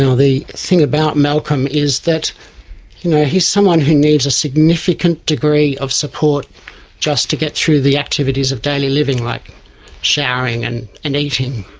and the thing about malcolm is that you know he is someone who needs a significant degree of support just to get through the activities of daily living, like showering and and eating.